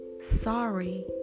sorry